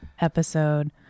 episode